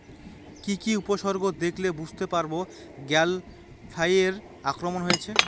কি কি উপসর্গ দেখলে বুঝতে পারব গ্যাল ফ্লাইয়ের আক্রমণ হয়েছে?